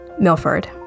Milford